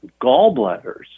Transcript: gallbladders